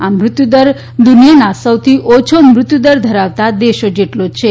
આ મૃત્યુ દર દુનિયાના સૌથી ઓછો મૃત્યુદર ધરાવતા દેશો જેટલો જ છે